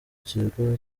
kigo